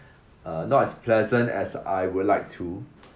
uh not as pleasant as I would like to